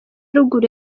ruguru